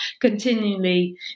continually